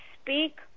Speak